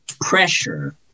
pressure